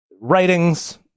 writings